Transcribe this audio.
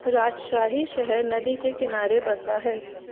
राजशाही शहर नदी के किनारे बसा है